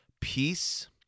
peace